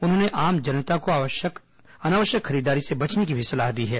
उन्होंने आम जनता को अनावश्यक खरीदारी से बचने की सलाह दी है